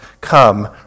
come